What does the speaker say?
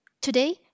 Today